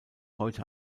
heute